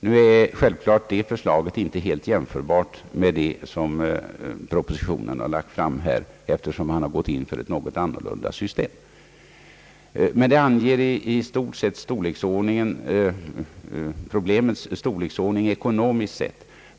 Detta förslag är självfallet inte helt jämförbart med det som lagts fram i propositionen, eftersom man där gått in för ett något annorlunda utformat system. Beloppet antyder dock problemets storleksordning ekonomiskt sett.